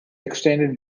extended